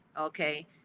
Okay